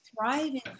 thriving